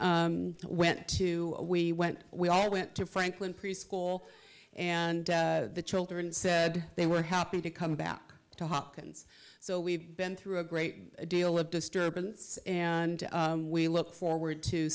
children went to we went we all went to franklin preschool and the children said they were happy to come back to hopkins so we've been through a great deal of disturbance and we look forward to